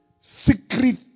secret